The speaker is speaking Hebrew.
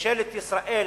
ממשלת ישראל